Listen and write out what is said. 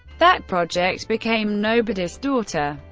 that project became nobody's daughter,